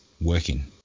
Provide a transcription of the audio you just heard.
working